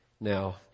now